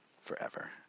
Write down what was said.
forever